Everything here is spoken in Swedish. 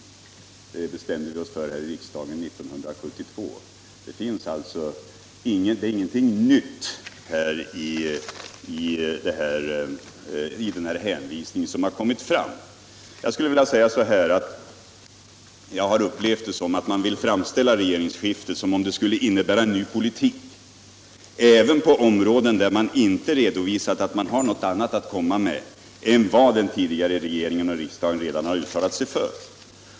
Det bestämde vi oss för i riksdagen redan 1972. Ingenting nytt har alltså kommit fram i denna hänvisning. Jag har upplevt det så att man vill framställa regeringsskiftet som om det skulle innebära en ny politik även på områden, där man inte redovisat att man har något annat att komma med än vad den tidigare regeringen och riksdagen redan har uttalat sig för.